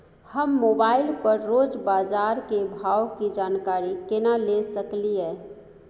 हम मोबाइल पर रोज बाजार के भाव की जानकारी केना ले सकलियै?